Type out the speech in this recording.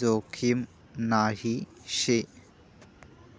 जोखीम नही शे